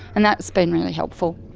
and that's been really helpful.